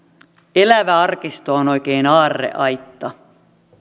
elävä arkisto on oikein aarreaitta